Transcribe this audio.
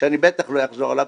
שאנחנו לא נחזור עליו,